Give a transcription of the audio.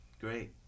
great